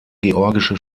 georgische